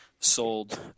Sold